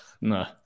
no